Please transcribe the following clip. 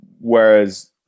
Whereas